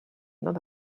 not